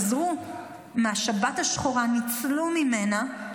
שחזרו מהשבת השחורה, ניצלו ממנה,